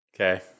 Okay